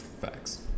Facts